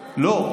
--- לא,